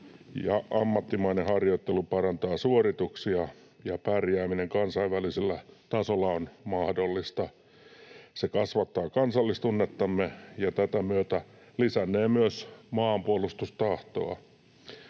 Ammattimainen harjoittelu parantaa suorituksia ja pärjääminen kansainvälisellä tasolla on mahdollista. Se kasvattaa kansallistunnettamme ja tätä myötä lisännee myös maanpuolustustahtoa.